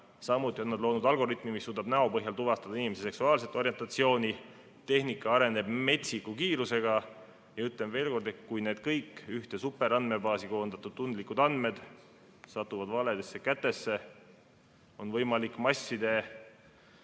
Samuti on nad loonud algoritmi, mis suudab näo põhjal tuvastada inimese seksuaalset orientatsiooni. Tehnika areneb metsiku kiirusega. Ütlen veel kord: kui need kõik ühte superandmebaasi koondatud tundlikud andmed satuvad valedesse kätesse, siis on võimalik masside